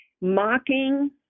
mocking